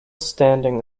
standing